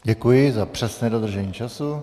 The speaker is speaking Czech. Děkuji za přesné dodržení času.